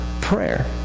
prayer